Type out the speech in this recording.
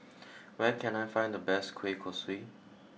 where can I find the best Kueh Kosui